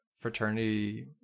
fraternity